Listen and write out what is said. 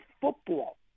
football